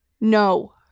No